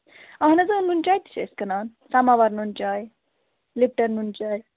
اَہَن حظ نُنہٕ چاے تہِ چھِ أسۍ کٕنان سَماوار نُنہٕ چاے لِپٹن نُنہٕ چاے